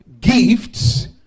gifts